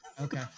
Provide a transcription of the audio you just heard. Okay